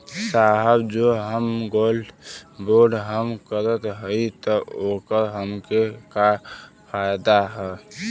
साहब जो हम गोल्ड बोंड हम करत हई त ओकर हमके का फायदा ह?